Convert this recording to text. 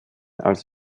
als